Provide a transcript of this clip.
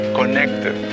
connected